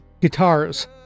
Guitars